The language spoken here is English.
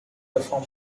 perform